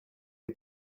est